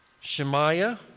Shemaiah